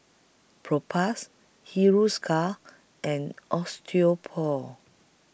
Propass Hiruscar and Osteopool